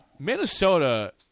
Minnesota